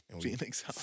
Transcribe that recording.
Phoenix